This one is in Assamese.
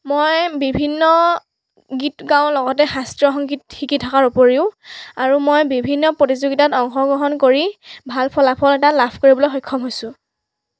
মই বিভিন্ন গীত গাওঁ লগতে শাস্ত্ৰীয় সংগীত শিকি থকাৰ উপৰিও আৰু মই বিভিন্ন প্ৰতিযোগিতাত অংশগ্ৰহণ কৰি ভাল ফলাফল এটা লাভ কৰিবলৈ সক্ষম হৈছোঁ